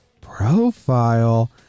Profile